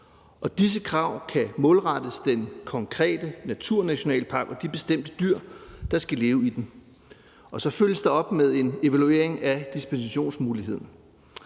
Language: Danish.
og disse krav kan målrettes den konkrete naturnationalpark og de bestemte dyr, der skal leve i den. Og så følges der op med en evaluering af dispensationsmuligheden.